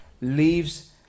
leaves